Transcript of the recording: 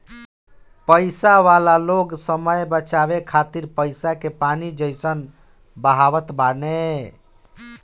पईसा वाला लोग समय बचावे खातिर पईसा के पानी जइसन बहावत बाने